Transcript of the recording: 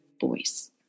voice